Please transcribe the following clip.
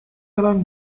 along